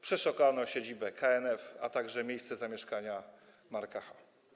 Przeszukano siedzibę KNF, a także miejsce zamieszkania Marka Ch.